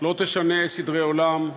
לא תשנה סדרי עולם,